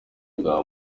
bwa